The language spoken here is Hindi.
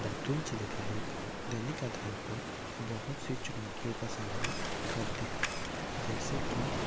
बैतूल जिले के लोग दैनिक आधार पर बहुत से चुनौतियों का सामना करते हैं जैसे कि